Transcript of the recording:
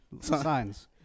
signs